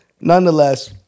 nonetheless